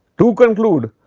to conclude,